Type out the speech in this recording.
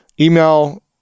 Email